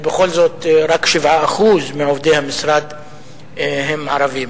ובכל זאת רק 7% מעובדי המשרד הם ערבים.